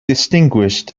distinguished